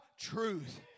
truth